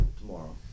tomorrow